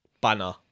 banner